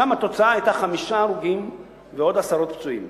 שם התוצאה היתה חמישה הרוגים ועוד עשרות פצועים.